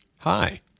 Hi